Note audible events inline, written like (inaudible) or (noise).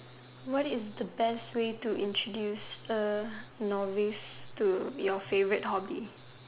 what is the best way to introduce er (unintelligible) to your favorite hobby